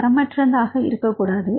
தரமற்றதாக இருக்கக்கூடாது